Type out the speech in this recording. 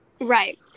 Right